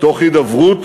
תוך הידברות,